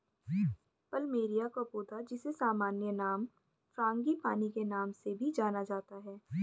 plumeria का पौधा, जिसे सामान्य नाम फ्रांगीपानी के नाम से भी जाना जाता है